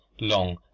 long